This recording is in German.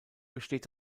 besteht